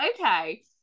okay